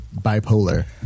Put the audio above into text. bipolar